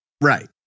Right